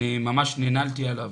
אני ממש ננעלתי עליו.